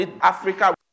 Africa